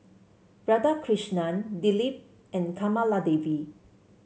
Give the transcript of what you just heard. Radhakrishnan Dilip and Kamaladevi